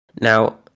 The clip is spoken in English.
Now